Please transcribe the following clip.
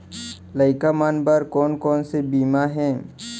लइका मन बर कोन कोन से बीमा हे?